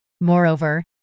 Moreover